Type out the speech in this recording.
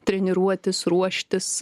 treniruotis ruoštis